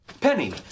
Penny